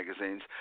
magazines